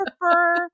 prefer